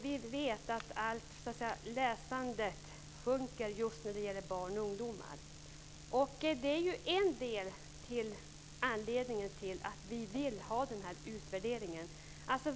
Vi vet att läsandet bland barn och ungdomar minskar. Det är en av anledningarna till att vi vill ha denna utvärdering.